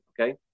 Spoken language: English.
Okay